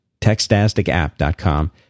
Textasticapp.com